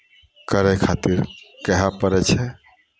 करै खातिर कहय पड़ै छै